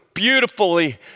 beautifully